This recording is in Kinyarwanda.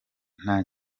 nta